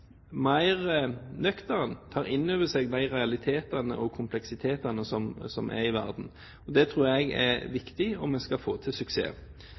mer nøktern og tar inn over seg mer av realitetene og kompleksiteten som er i verden. Det tror jeg er viktig, om man skal få til suksess.